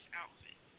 outfit